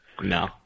No